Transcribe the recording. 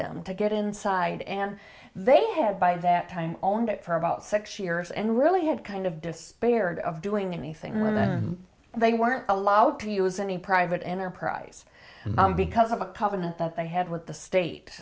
them to get inside and they had by that time owned it for about six years and really had kind of despaired of doing anything that they weren't allowed to use any private enterprise because of a covenant that they had with the state